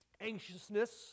Anxiousness